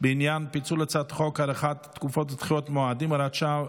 בדבר פיצול הצעת חוק הארכת תקופות ודחיית מועדים (הוראת שעה,